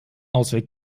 ausweg